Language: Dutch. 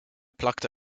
plakte